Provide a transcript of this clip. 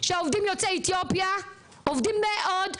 שהעובדים יוצאי אתיופיה עובדים מאוד,